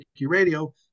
radio